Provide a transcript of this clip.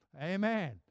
Amen